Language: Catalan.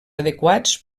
adequats